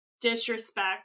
disrespect